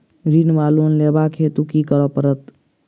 ऋण वा लोन लेबाक हेतु की करऽ पड़त?